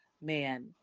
man